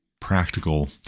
practical